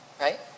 right